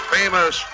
famous